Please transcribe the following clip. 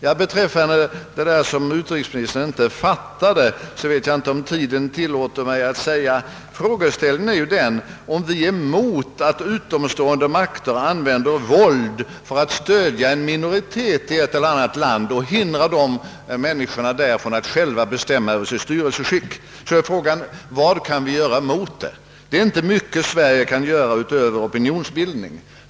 Jag vet inte om tiden tillåter mig att ta upp den sak som utrikesministern inte fattade. Frågeställningen är ju om vi är emot att utomstående makter använder våld för att stödja en minoritet i ett annat land och förhindra människorna där att själva bestämma över sitt eget styrelseskick. Frågan är då: Vad kan vi göra mot detta? Det är inte mycket Sverige kan göra utöver opinionsbildning.